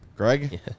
Greg